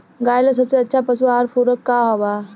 गाय ला सबसे अच्छा पशु आहार पूरक का बा?